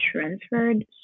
transferred